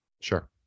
Sure